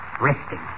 resting